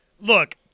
Look